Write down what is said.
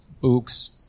Books